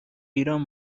ایران